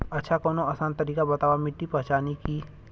अच्छा कवनो आसान तरीका बतावा मिट्टी पहचाने की?